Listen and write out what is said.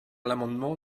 l’amendement